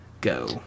Go